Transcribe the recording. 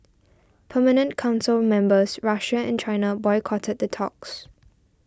permanent council members Russia and China boycotted the talks